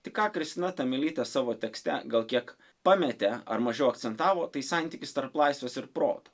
tik ką kristina tamelytė savo tekste gal kiek pametė ar mažiau akcentavo tai santykis tarp laisvės ir proto